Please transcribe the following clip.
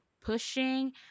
pushing